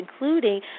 including